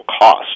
cost